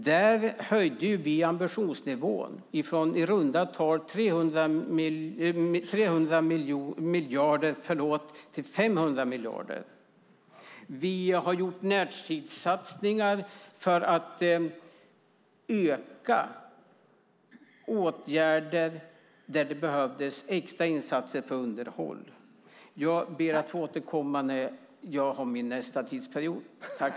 Där höjde vi ambitionsnivån från i runda tal 300 miljarder till 500 miljarder. Vi har gjort närtidssatsningar för att öka åtgärderna där det behövdes extra insatser för underhåll. Jag ber att få återkomma i nästa replik.